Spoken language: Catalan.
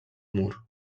mur